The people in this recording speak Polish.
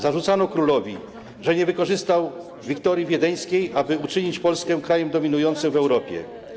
Zarzucano królowi, że nie wykorzystał wiktorii wiedeńskiej, aby uczynić Polskę krajem dominującym w Europie.